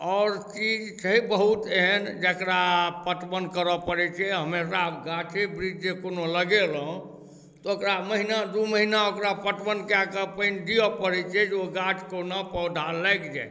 आओर चीज छै बहुत एहन जेकरा पटवन करऽ पड़ैत छै हमेशा गाछे वृक्ष जे कोनो लगेलहुंँ तऽ ओकरा महि ना दू महीना ओकरा पटवन कै कऽ पानि दिअ पड़ैत छै जे ओ गाछ कहुना पौधा लागि जाय